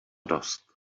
dost